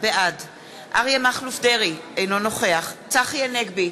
בעד אריה מכלוף דרעי, אינו נוכח צחי הנגבי,